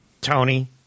Tony